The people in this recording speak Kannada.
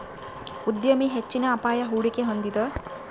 ಉದ್ಯಮಿ ಹೆಚ್ಚಿನ ಅಪಾಯ, ಹೂಡಿಕೆ ಹೊಂದಿದ